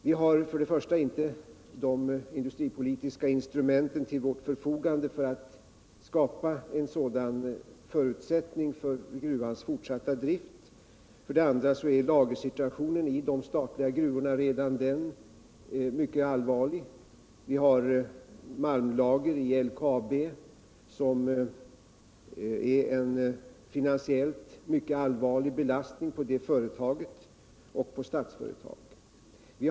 Vi har för det första inte de industripolitiska indstrumenten till vårt förfogande för att skapa en sädan förutsättning för gruvans fortsatta dritt. För det andra är enbart lagersituationen i de statliga gruvorna mycket allvarlig. Vi har malmlager i LKAB, som utgör en finansiellt set mycket allvarlig belastning för det företaget och för Stutsföretag AB.